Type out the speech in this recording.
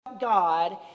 God